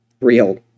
real